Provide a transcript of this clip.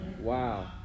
Wow